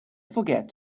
forget